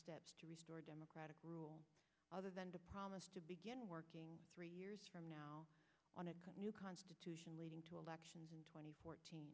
steps to restore democratic rule other than the promise to begin working three years from now on a new constitution leading to elections in two thousand and fourteen